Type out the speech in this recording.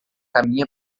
caminha